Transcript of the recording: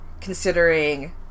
considering